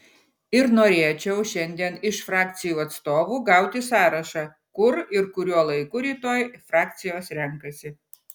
ir norėčiau šiandien iš frakcijų atstovų gauti sąrašą kur ir kuriuo laiku rytoj frakcijos renkasi